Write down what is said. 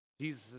Jesus